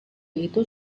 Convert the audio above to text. itu